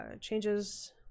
changes